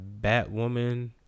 Batwoman